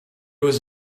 was